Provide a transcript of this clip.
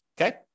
Okay